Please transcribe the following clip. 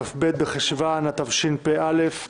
כ"ב בחשון התשפ"א,